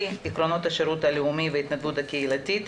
(עקרונות השירות הלאומי וההתנדבות הקהילתית),